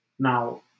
Now